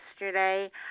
yesterday